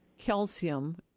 calcium